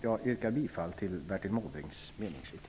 Jag yrkar bifall till Bertil Måbrinks meningsyttring.